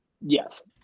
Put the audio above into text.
yes